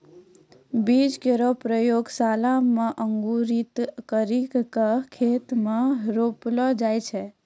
बीज केरो प्रयोगशाला म अंकुरित करि क खेत म रोपलो जाय छै